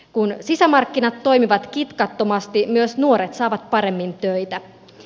kun sisämarkkinat toimivat kitkattomasti myös nuoret saavat paremmin töitä